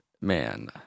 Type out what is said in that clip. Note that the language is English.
man